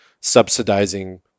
subsidizing